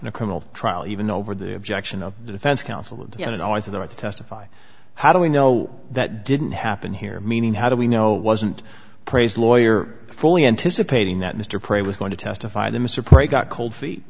in a criminal trial even over the objection of the defense counsel and you know as always of the right to testify how do we know that didn't happen here meaning how do we know it wasn't praise lawyer fully anticipating that mr prey was going to testify that mr prey got cold feet